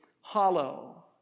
hollow